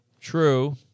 True